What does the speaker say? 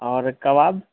اور کباب